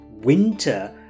winter